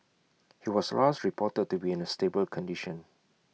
he was last reported to be in A stable condition